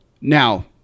now